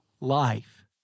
life